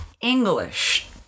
English